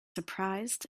surprised